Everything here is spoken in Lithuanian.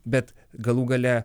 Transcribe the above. bet galų gale